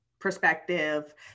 perspective